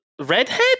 redhead